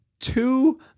two